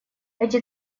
эти